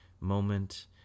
moment